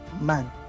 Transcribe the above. man